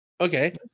Okay